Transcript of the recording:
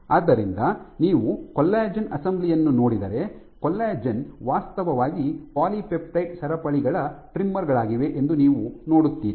ಆದ್ದರಿಂದ ನೀವು ಕೊಲ್ಲಾಜೆನ್ ಅಸೆಂಬ್ಲಿಯನ್ನು ನೋಡಿದರೆ ಕೊಲ್ಲಜೆನ್ಸ್ ವಾಸ್ತವವಾಗಿ ಪಾಲಿಪೆಪ್ಟೈಡ್ ಸರಪಳಿಗಳ ಟ್ರಿಮ್ಮರ್ ಗಳಾಗಿವೆ ಎಂದು ನೀವು ನೋಡುತ್ತೀರಿ